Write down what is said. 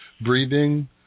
breathing